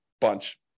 bunch